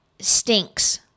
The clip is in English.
stinks